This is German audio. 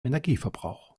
energieverbrauch